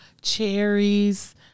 cherries